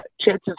chances